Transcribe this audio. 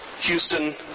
Houston